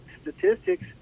statistics